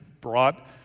brought